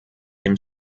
dem